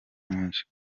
nyinshi